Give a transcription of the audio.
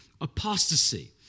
apostasy